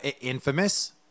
Infamous